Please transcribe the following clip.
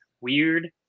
weird